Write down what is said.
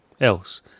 else